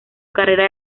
carrera